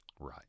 Right